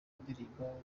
indirimbo